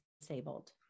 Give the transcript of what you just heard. disabled